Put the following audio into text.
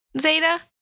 Zeta